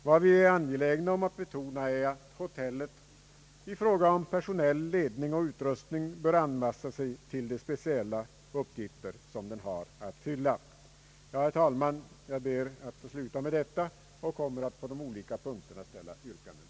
Vad vi är angelägna om att betona är att hotellet i fråga om personell ledning och utrustning bör anpassa sig till de speciella uppgifter som det har att fylla. Herr talman! Jag ber att få sluta med detta och kommer att ställa yrkanden vid de olika punkterna.